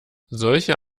solche